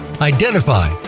identify